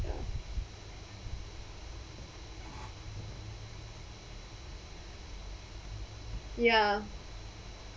ya